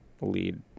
lead